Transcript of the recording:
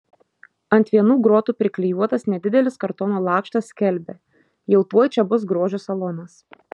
ant vienų grotų priklijuotas nedidelis kartono lakštas skelbia jau tuoj čia bus grožio salonas